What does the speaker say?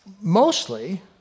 mostly